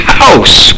house